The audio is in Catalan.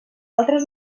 altres